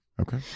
Okay